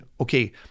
okay